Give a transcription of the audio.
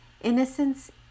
innocence